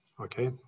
Okay